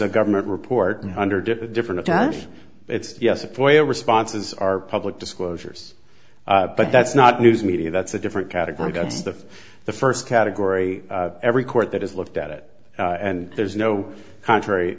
a government report an hundred different times it's yes a ploy responses are public disclosures but that's not news media that's a different category gets to the first category every court that has looked at it and there's no contrary